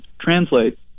translate